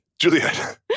Juliet